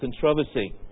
controversy